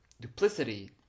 duplicity